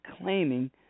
claiming